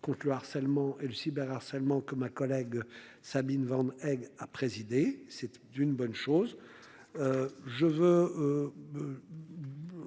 contre le harcèlement et le cyberharcèlement que ma collègue Sabine vendent elle a présidé, c'est une bonne chose.